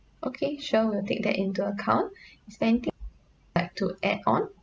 okay sure we'll take that into account is there anything you'd like to add on